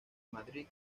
madrid